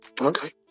Okay